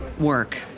work